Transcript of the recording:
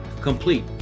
complete